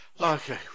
Okay